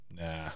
Nah